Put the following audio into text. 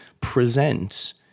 present